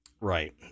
right